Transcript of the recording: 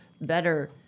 better